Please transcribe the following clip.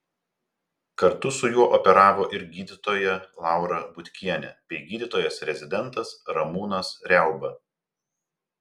kartu su juo operavo ir gydytoja laura butkienė bei gydytojas rezidentas ramūnas riauba